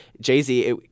Jay-Z